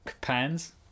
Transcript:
pans